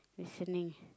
listening